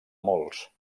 molts